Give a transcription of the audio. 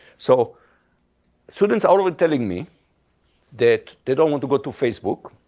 so students are always telling me that they don't want to go to facebook,